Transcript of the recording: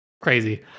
crazy